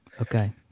Okay